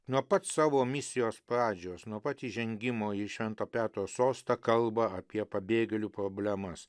nuo pat savo misijos pradžios nuo pat įžengimo į švento petro sostą kalba apie pabėgėlių problemas